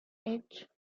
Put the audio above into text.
age